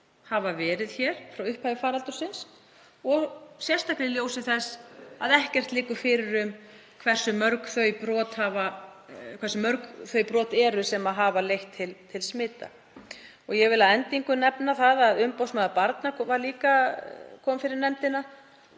hafa verið hér frá upphafi faraldursins og sérstaklega í ljósi þess að ekkert liggur fyrir um hversu mörg þau brot eru sem hafa leitt til smita. Ég vil að endingu nefna að umboðsmaður barna kom líka fyrir nefndina